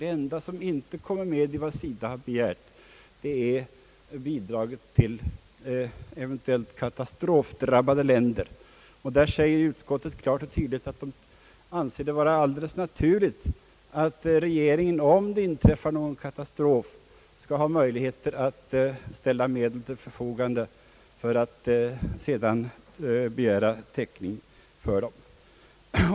Det enda som inte kommit med av de av SIDA begärda anslagen är bidrag till eventuellt katastrofdrabbade länder. Men därvidlag uttalar utskottet klart att man anser det vara alldeles naturligt att regeringen, om det inträffar någon katastrof, skall ha möjlighet att ställa medel till förfogande för att sedan begära täckning för dessa.